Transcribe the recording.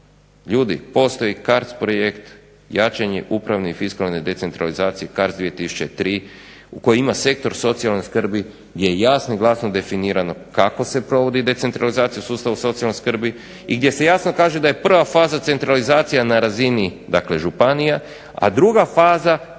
Ljudi postoji CARDS projekt, jačanje upravne i fiskalne decentralizacije CARDS 2003 koji ima sektor socijalne skrbi gdje je jasno i glasno definirano kako se provodi decentralizacija u sustavu socijalne skrbi i gdje se jasno kaže da je prva faza centralizacija na razini županija, a druga faza prijenos